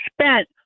spent